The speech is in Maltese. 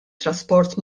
transport